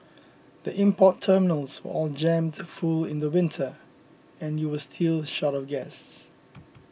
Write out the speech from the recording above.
the import terminals were all jammed full in the winter and you were still short of gas